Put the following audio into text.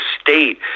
state